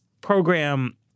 program